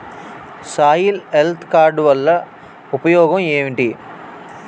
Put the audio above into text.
Soil health card పథకం వల్ల ఉపయోగం ఏంటి?